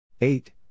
eight